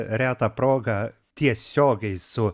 reta proga tiesiogiai su